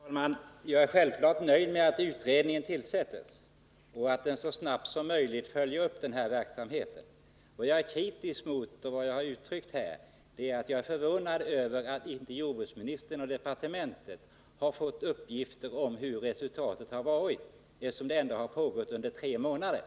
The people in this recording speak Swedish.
Fru talman! Jag är självfallet nöjd med att utredningen tillsätts och så snabbt som möjligt följer upp den här verksamheten. Däremot är jag — och det har jag uttryckt här — förvånad över att inte jordbruksministern och departementet har fått uppgifter om resultatet av försöksverksamheten, eftersom den ändå har pågått under tre månader.